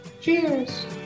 Cheers